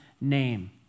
name